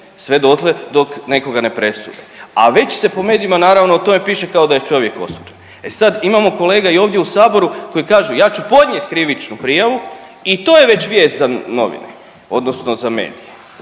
sve dotle dok nekoga ne presude, a već se po medijima naravno o tome piše kao da je čovjek osuđen. E sad imamo kolega i ovdje u saboru koji kažu ja ću podnijeti krivičnu prijavu i to je već vijest za novine odnosno za medije.